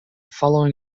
following